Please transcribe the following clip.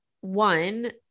one